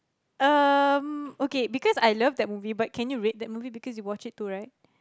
um okay because I love that movie but can you rate that movie because you watched too right